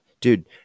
Dude